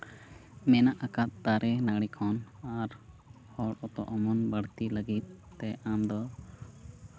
ᱢᱮᱱᱟᱜ ᱟᱠᱟᱫᱽ ᱫᱟᱨᱮᱼᱱᱟᱹᱲᱤ ᱠᱷᱚᱱ ᱟᱨ ᱦᱚᱲ ᱠᱚᱫᱚ ᱩᱢᱩᱞ ᱵᱟᱹᱲᱛᱤ ᱞᱟᱹᱜᱤᱫ ᱛᱮ ᱟᱢᱫᱚ